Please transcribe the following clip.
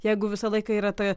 jeigu visą laiką yra ta